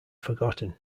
forgotten